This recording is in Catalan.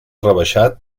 rebaixat